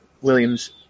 Williams